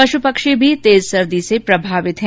पश् पक्षी भी तेज सर्दी से प्रभावित है